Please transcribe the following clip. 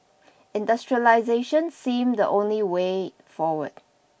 industrialisation seemed the only way forward